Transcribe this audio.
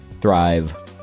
thrive